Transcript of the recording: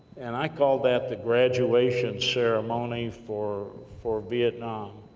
and i call that the graduation ceremony for for vietnam.